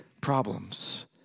problems